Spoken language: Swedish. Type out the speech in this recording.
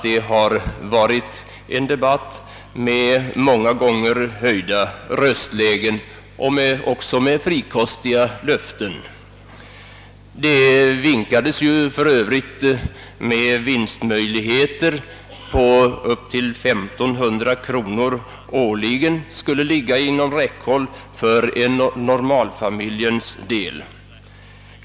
Det har varit en debatt med många gånger höjda röstlägen och också med frikostiga löften. Det sades ju att 1500 kronor om året skulle kunna intjänas av en normalfamilj.